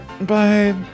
Bye